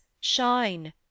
shine